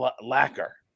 lacquer